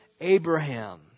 Abraham